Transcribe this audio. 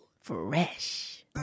fresh